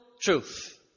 truth